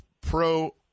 Pro